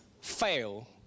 fail